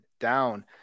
down